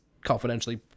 confidentially